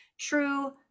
true